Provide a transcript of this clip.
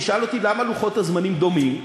תשאל אותי: למה לוחות הזמנים דומים?